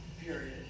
period